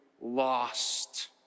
lost